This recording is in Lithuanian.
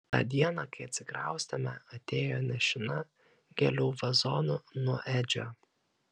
tą dieną kai atsikraustėme atėjo nešina gėlių vazonu nuo edžio